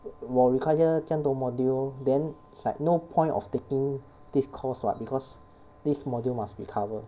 我 require 这样多 module then is like no point of taking this course [what] because this module must be covered